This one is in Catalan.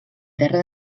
terra